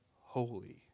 holy